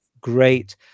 great